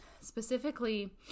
specifically